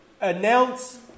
announce